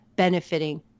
benefiting